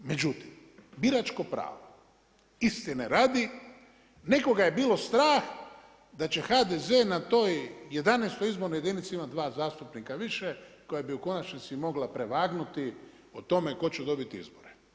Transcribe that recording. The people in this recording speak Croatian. Međutim, biračko pravo, istine radi nekoga je bilo strah da će HDZ na toj 11. izbornoj jedinici imati 2 zastupnika više koja bi u konačnici mogla prevagnuti o tome tko će dobiti izbore.